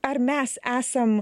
ar mes esam